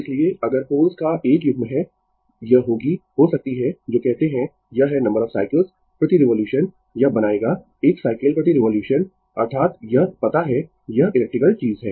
इसलिए अगर पोल्स का 1 युग्म है यह होगी हो सकती है जो कहते है यह है नंबर ऑफ साइकल्स प्रति रिवोल्यूशन यह बनाएगा 1 साइकल प्रति रिवोल्यूशन अर्थात यह पता है यह इलेक्ट्रिकल चीज है